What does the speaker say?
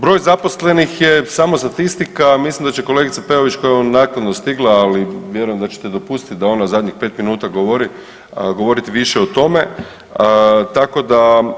Broj zaposlenih je samo statistika, mislim da će kolegica Peović koja ja evo naknadno stigla, ali vjerujem da ćete dopustit da ona zadnjih 5 minuta govori, govorit više o tome, tako da.